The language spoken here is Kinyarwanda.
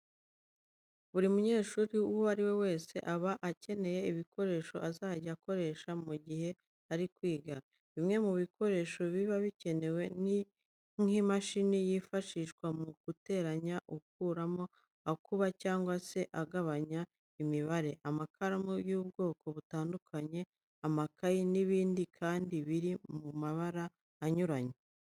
Buri munyeshuri uwo ari we wese aba akeneye ibikoresho azajya akoresha mu gihe ari kwiga. Bimwe mu bikoresho biba bikenewe ni nk'imashini yifashishwa mu guteranya, akuramo, akuba cyangwa se agabanya imibare, amakaramu y'ubwoko butandukanye, amakayi n'ibindi kandi biri mu mabara anyuranye.